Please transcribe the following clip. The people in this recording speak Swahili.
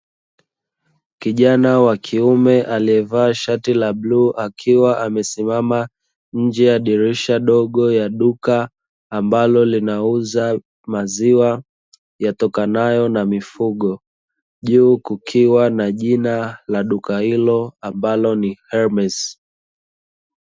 Kijana wa kiume aliyevaa shati la bluu, akiwa amesimama nje ya dirisha dogo la duka ambalo linauza maziwa yatokanayo na mifugo, juu kukiwa na jina la duka hilo ambalo ni "herimesi".